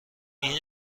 این